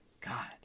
God